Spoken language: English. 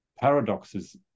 paradoxes